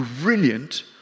brilliant